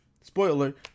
spoiler